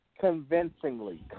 Convincingly